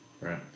Right